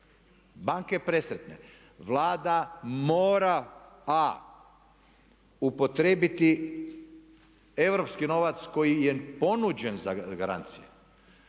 Banke presretne. Vlada mora: a) upotrijebiti europski novac koji je ponuđen za garancije,